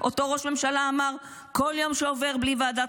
אותו ראש ממשלה אמר: "כל יום שעובר בלי ועדת